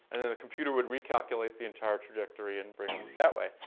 and then the computer would recalculate the entire trajectory and bring them that way.